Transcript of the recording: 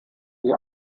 die